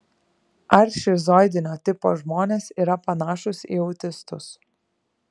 ar šizoidinio tipo žmonės yra panašūs į autistus